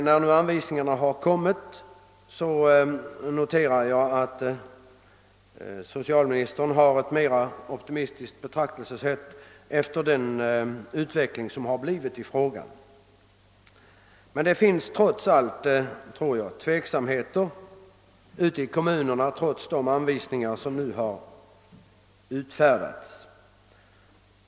Nu, när anvisningarna har kommit, noterar jag att socialministern efter den utveckling som förvarit har ett mera optimistiskt betraktelsesätt. Men det förekommer ändå, tror jag, att man är tveksam ute i kommunerna trots de anvisningar som nu har utfärdats.